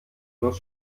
plus